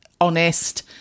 honest